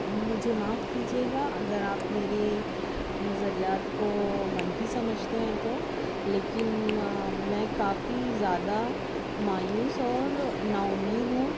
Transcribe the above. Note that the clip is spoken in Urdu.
مجھے معاف کیجیے گا اگر آپ میرے نظریات کو منفی سمجھتے ہیں تو لیکن میں کافی زیادہ مایوس اور نا اُمید ہوں